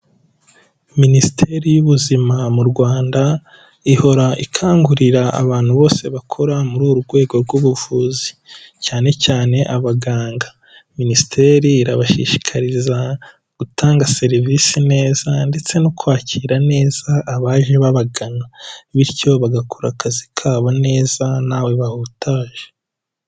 Minisiteri y'ubuzima mu Rwanda ihora ikangurira abantu bose bakora muri uru rwego rw'ubuvuzi cyane cyane abaganga, minisiteri irabashishikariza gutanga serivisi neza ndetse no kwakira neza abaje babagana bityo bagakora akazi kabo neza ntawe bahutaje.